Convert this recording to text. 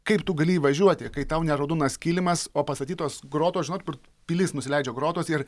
kaip tu gali įvažiuoti kai tau ne raudonas kilimas o pastatytos grotos žinot kur pilis nusileidžia grotos ir